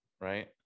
right